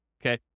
okay